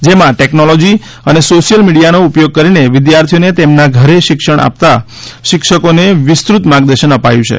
જેમાં ટેકનોલોજી અને સોશિયલ મિડિયાનો ઉપયોગ કરીને વિદ્યાર્થીઓને તેમના ઘરે શિક્ષણ આપતા શિક્ષકોને વિસ્તૃત માર્ગદર્શન અપાયું છે